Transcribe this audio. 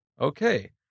Okay